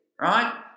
right